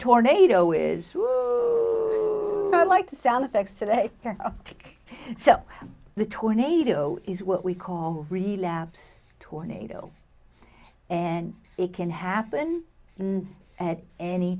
tornado is like the sound effects today so the tornado is what we call relapse tornadoes and it can happen at any